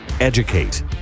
educate